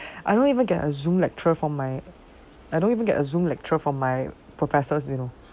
I don't even get a zoom lecturer from my I don't even get a zoom lecturer for my professors you know